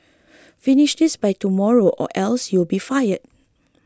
finish this by tomorrow or else you'll be fired